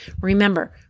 Remember